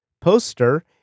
poster